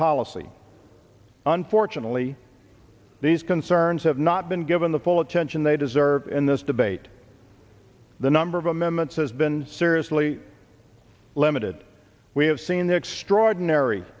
policy unfortunately these concerns have not been given the full attention they deserve in this debate the number of amendments has been seriously limited we have seen the extraordinary